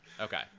okay